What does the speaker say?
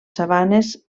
sabanes